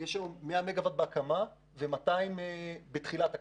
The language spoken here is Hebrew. יש היום 100 מגה וואט בהקמה ועוד 200 בתחילת הקמה.